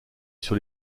sur